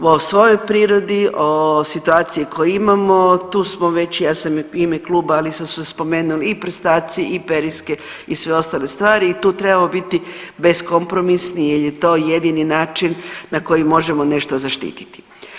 O svojoj prirodi, o situaciji koje imamo, tu smo već, ja sam u ime kluba, ali su se spomenuli i prstaci i periske i sve ostale stvari i tu trebamo biti beskompromisni jer je to jedini način na koji možemo nešto zaštititi.